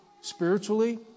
spiritually